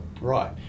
right